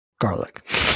garlic